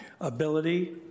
ability